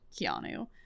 Keanu